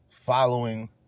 following